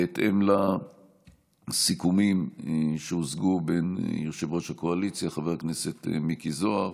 בהתאם לסיכומים שהושגו בין יושב-ראש הקואליציה חבר הכנסת מיקי זוהר